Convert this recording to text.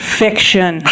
fiction